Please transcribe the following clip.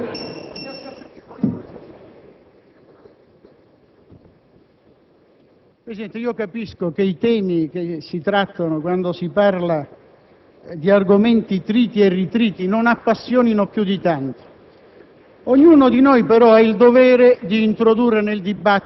Signor Presidente, capisco che i temi trattati, quando si parla di argomenti triti e ritriti, non appassionino più di tanto.